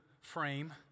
frame